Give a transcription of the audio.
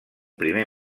primer